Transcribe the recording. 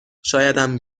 شایدم